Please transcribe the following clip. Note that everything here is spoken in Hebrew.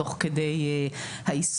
תוך כדי האיסוף.